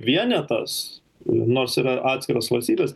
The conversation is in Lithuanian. vienetas nors yra atskiros valstybės